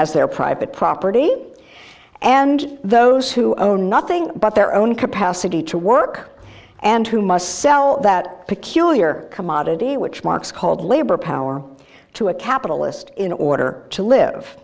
as their private property and those who own nothing but their own capacity to work and who must sell that peculiar commodity which marx called labor power to a capitalist in order to live